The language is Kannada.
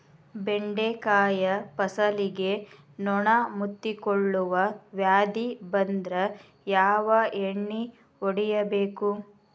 ಬೆಂಡೆಕಾಯ ಫಸಲಿಗೆ ನೊಣ ಮುತ್ತಿಕೊಳ್ಳುವ ವ್ಯಾಧಿ ಬಂದ್ರ ಯಾವ ಎಣ್ಣಿ ಹೊಡಿಯಬೇಕು?